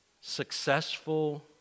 successful